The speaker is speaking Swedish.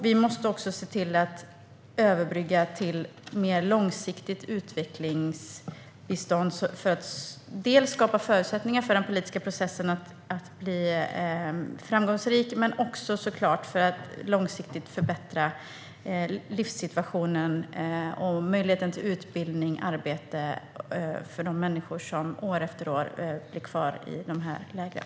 Vi måste också se till att det blir en överbryggning till ett mer långsiktigt utvecklingsbistånd dels för att skapa förutsättningar för den politiska processen att bli framgångsrik, dels för att långsiktigt förbättra livssituationen, möjligheten till utbildning och arbete för de människor som år efter år bor kvar i lägren.